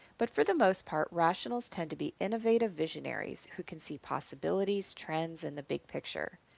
but for the most part, rationals tend to be innovative visionaries who can see possibilities, trends, and the big picture.